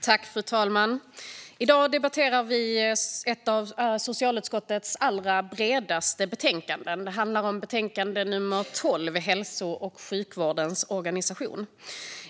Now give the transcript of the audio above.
Fru talman! Nu debatterar vi ett av socialutskottets allra bredaste betänkanden. Det handlar om betänkande 12 Hälso och sjukvårdens organisation .